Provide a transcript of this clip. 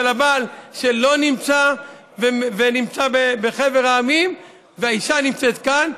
של הבעל שלא נמצא ונמצא בחבר העמים והאישה נמצאת כאן,